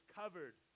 covered